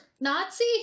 Nazi